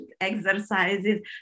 exercises